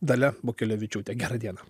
dalia bukelevičiūte gerą dieną